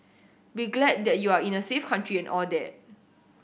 be glad that you are in a safe country and all that